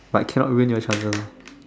but cannot ruin your chances